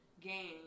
game